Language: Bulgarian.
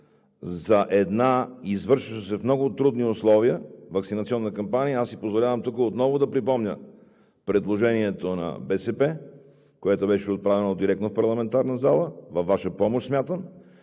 за една извършваща се в много трудни условия ваксинационна кампания, си позволявам отново да припомня предложението на БСП, което беше отправено директно в парламентарната зала, във Ваша помощ смятам